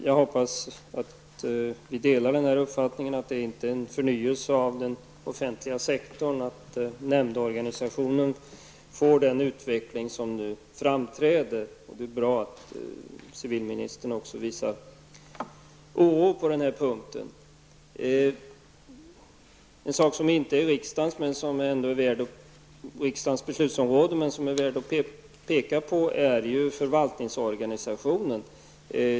Jag hoppas att vi delar uppfattningen att det inte innebär en förnyelse av den offentliga sektorn att nämndorganisationen får den utveckling som nu framträder. Det är bra att civilministern visar oro på den punkten. En sak som inte utgör riksdagens beslutsområde men som ändå är värd att peka på gäller förvaltningsorganisationen.